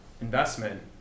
investment